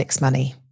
Money